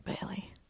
Bailey